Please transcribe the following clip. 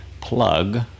plug